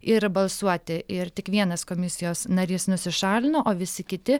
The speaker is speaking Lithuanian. ir balsuoti ir tik vienas komisijos narys nusišalino o visi kiti